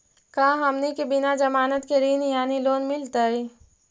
का हमनी के बिना जमानत के ऋण यानी लोन मिलतई?